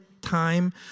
time